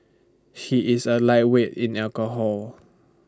he is A lightweight in alcohol